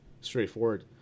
straightforward